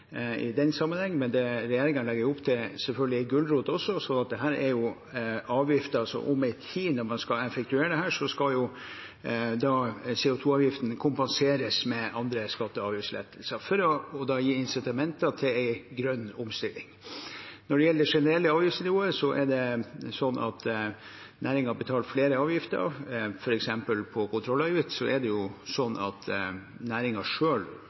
i den sammenheng, men regjeringen legger selvfølgelig opp til en gulrot også, så om en tid, når man skal effektuere dette, skal CO 2 -avgiften kompenseres med andre skatte- og avgiftslettelser for å gi insitamenter til en grønn omstilling. Når det gjelder det generelle avgiftsnivået, er det sånn at næringen betaler flere avgifter. For eksempel når det gjelder kontrollavgift, kommer næringen selv til å få gevinsten av det